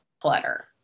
clutter